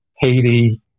Haiti